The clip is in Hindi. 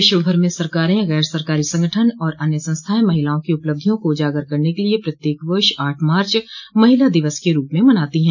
विश्वभर में सरकारें गैर सरकारी संगठन और अन्य संस्थाएं महिलाओं की उपलब्धियों को उजागर करने के लिए प्रत्येक वर्ष आठ मार्च महिला दिवस के रूप में मनाती हैं